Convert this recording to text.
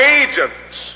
agents